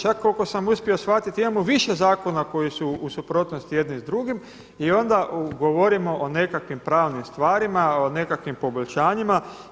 Čak koliko sam uspio shvatiti imamo više zakona koji su u suprotnosti jedni s drugim i onda govorimo o nekakvim pravnim stvarima, o nekakvim poboljšanjima.